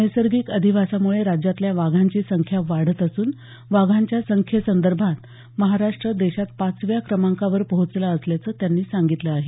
नैसर्गिक अधिवासामुळे राज्यातल्या वाघांची संख्या वाढत असून वाघांच्या संख्येसंदर्भात महाराष्ट्र देशात पाचव्या क्रमांकावर पोहोचला असल्याचं त्यांनी सांगितलं आहे